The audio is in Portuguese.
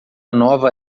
nova